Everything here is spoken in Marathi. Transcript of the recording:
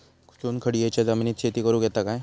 चुनखडीयेच्या जमिनीत शेती करुक येता काय?